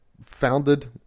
founded